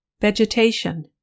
Vegetation